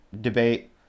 debate